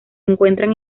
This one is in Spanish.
encuentran